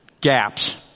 Gaps